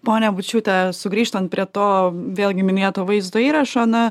ponia bučiūte sugrįžtant prie to vėlgi minėto vaizdo įrašo na